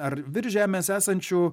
ar virš žemės esančių